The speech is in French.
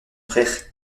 frère